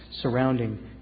surrounding